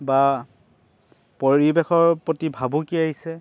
বা পৰিৱেশৰ প্ৰতি ভাবুকি আহিছে